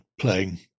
playing